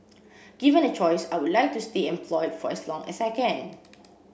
given a choice I would like to stay employed for as long as I can